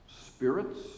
spirits